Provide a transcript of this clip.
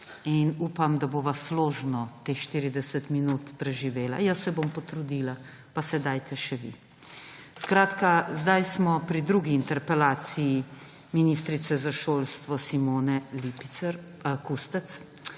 in upam, da bova teh 40 minut preživela složno. Jaz se bom potrudila pa se dajte še vi. Zdaj smo pri drugi interpelaciji ministrice za šolstvo Simone Kustec.